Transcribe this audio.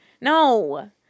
No